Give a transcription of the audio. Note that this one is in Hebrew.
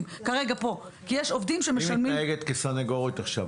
שמשלמים --- היא מתנהגת כסנגורית עכשיו,